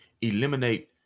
eliminate